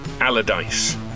Allardyce